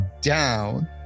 down